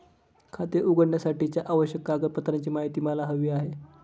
खाते उघडण्यासाठीच्या आवश्यक कागदपत्रांची माहिती मला हवी आहे